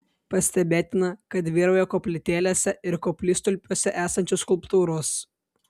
pastebėtina kad vyrauja koplytėlėse ir koplytstulpiuose esančios skulptūros